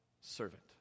servant